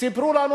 סיפרו לנו,